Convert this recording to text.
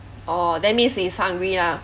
orh that means is hungry ah